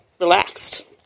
relaxed